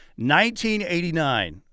1989